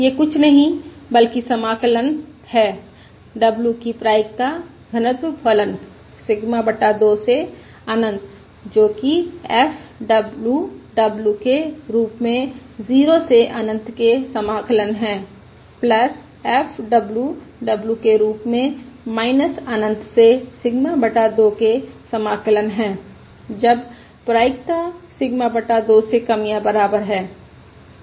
यह कुछ नहीं बल्कि समाकलन है w की प्रायिकता घनत्व फलन सिग्मा बटा 2 से अनंत जो कि f w W के रूप में 0 से अनंत के समाकलन है f w W के रूप में अनंत से सिग्मा बटा 2 के समाकलन है जब प्रायिकता सिग्मा बटा 2 से कम या बराबर है